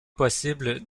possible